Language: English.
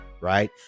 right